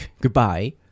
goodbye